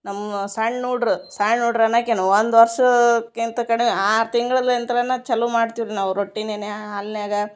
ನಮ್ಮ ಸಣ್ಣ್ ಹುಡ್ಗ್ರು ಸಣ್ಣ್ ಹುಡ್ಗ್ರು ಅನ್ನಕೆನು ಒಂದ್ವರ್ಷಕ್ಕಿಂತ ಕಡೆ ಆರು ತಿಂಗ್ಳಲಂತ್ರನ ಚಲೋ ಮಾಡ್ತಿವಿ ರೀ ನಾವು ರೊಟ್ಟಿನೆನೆ ಹಾಲಿನ್ಯಾಗ